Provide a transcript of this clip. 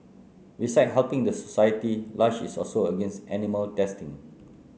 besides helping the society Lush is also against animal testing